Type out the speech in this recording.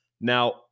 Now